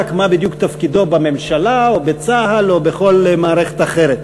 מה בדיוק תפקידו בממשלה או בצה"ל או בכל מערכת אחרת.